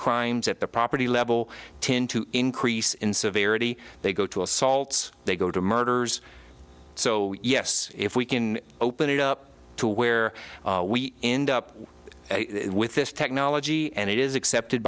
crimes at the property level tend to increase in severity they go to assaults they go to murders so yes if we can open it up to where we end up with this technology and it is accepted